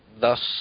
thus